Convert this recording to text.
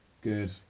Good